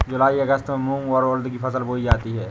जूलाई अगस्त में मूंग और उर्द की फसल बोई जाती है